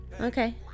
Okay